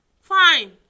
Fine